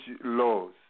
laws